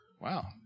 Wow